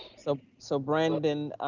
so so brandon,